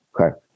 Okay